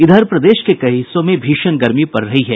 इधर प्रदेश के कई हिस्सों भीषण गर्मी पड़ रही है